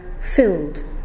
filled